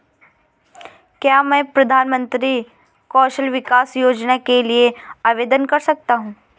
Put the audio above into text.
क्या मैं प्रधानमंत्री कौशल विकास योजना के लिए आवेदन कर सकता हूँ?